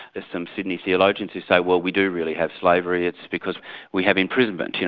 there's some sydney theologians who say well, we do really have slavery, it's because we have imprisonment. you